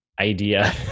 Idea